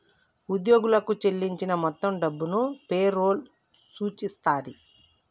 ఉద్యోగులకు చెల్లించిన మొత్తం డబ్బును పే రోల్ సూచిస్తది